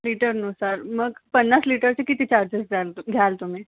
लिटरनुसार मग पन्नास लिटरचे किती चार्जेस द्याल घ्याल तुम्ही